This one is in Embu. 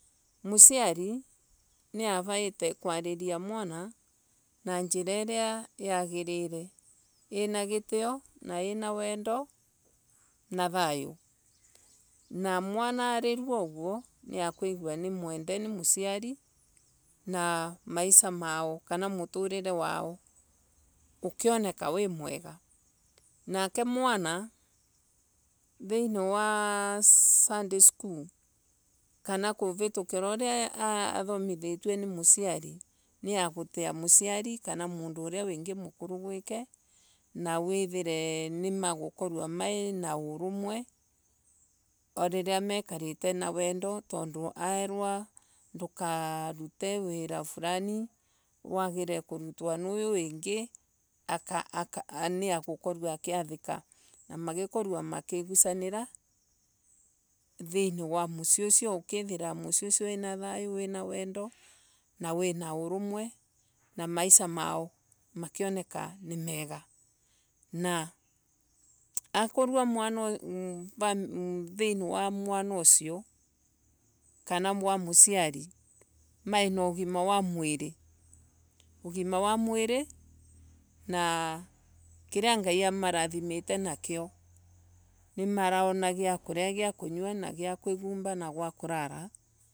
Muciari niavaite kuariria mwana na njira iria yagirire ina gitiyo na ina wendo na ina thayo. Na mwana arirwa uguo niakuigwa nimwende ni musiari na maisa mao makioneka mai mega. Nake mwana kuringana na uria athomithitue sunday school. kana kuvitukira uria arathumithua ni musiari kana mundu uria wingi mukuru gwike na nimagukerwa maina urumwe riria mekarite na wendo tondu erwa ndugate wira fulani. wagirire kurutwa ni uyu wingi niagukorwa akiathika na magikorwa makigusonira. Thiini wa musii usio ukethira kwina tahyo wina wendo na urumwe na maisa maa makioneka ni mega na akorwa thiini wa mwana usio kana thiini wa musiari mai na ugima wa mwiri na kiria nagi amarathimire nakyo. nirarona gia kunya sia ekuimba na gwa kulala.